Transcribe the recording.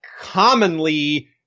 Commonly